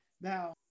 Now